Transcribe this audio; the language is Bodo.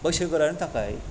बैसोगोरानि थाखाय